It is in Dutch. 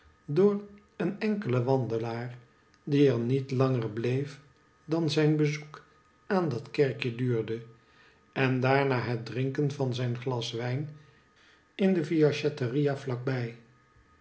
door een enkelen wandelaar die er niet langer bleef dan zijn bezoek aan dat kerkje duurde en daarna het drinken van zijn glas wijn in de fiaschetteria vlak